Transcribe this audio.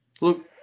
look